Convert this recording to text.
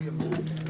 החוצה.